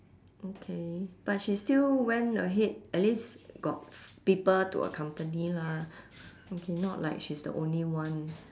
okay but she still went ahead at least got people to accompany lah okay not like she's the only one